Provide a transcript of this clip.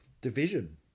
division